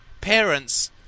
parents